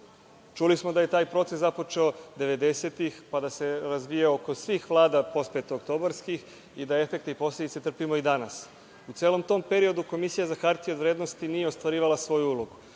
smo da je taj proces započeo devedesetih pa da se razvijao kod svih vlada postpetooktobarskih, i da efekte i posledice trpimo i danas. U celom tom periodu Komisija za hartije od vrednosti nije ostvarivala svoju ulogu.